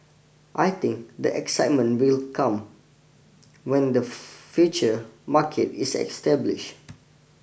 I think the excitement will come when the future market is established